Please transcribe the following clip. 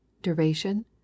duration